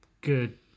good